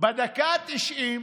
בדקה ה-90,